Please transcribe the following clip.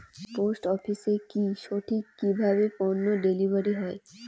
Post অফিসে কি সঠিক কিভাবে পন্য ডেলিভারি হয়?